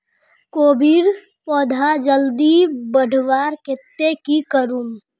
कोबीर पौधा जल्दी बढ़वार केते की करूम?